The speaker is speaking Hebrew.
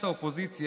קודמו,